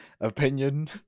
opinion